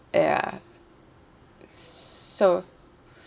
ya so